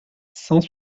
cent